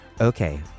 Okay